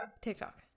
TikTok